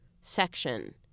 section